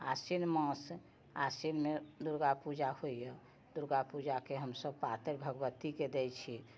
आसिन मास आसिनमे दुर्गा पूजा होइए दुर्गा पूजाके हमसब पातरि भगवतीके दै छी